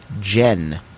Jen